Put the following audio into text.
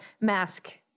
mask